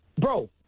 bro